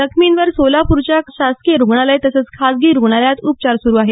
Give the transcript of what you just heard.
जखमींवर सोलापुरच्या शासकीय रुग्णालय तसंच खाजगी रुग्णालयात उपचार सुरु आहेत